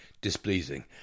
displeasing